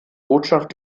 botschaft